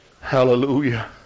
Hallelujah